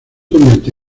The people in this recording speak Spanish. convierte